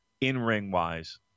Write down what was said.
in-ring-wise